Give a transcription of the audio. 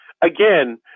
again